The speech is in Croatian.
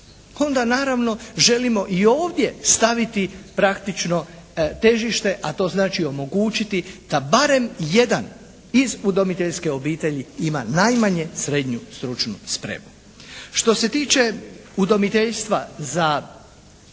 onda naravno želimo i ovdje staviti praktično težište, a to znači omogućiti da barem jedan iz udomiteljske obitelji ima najmanje srednju stručnu spremu. Što se tiče udomiteljstva za,